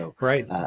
Right